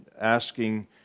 asking